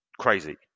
crazy